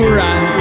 right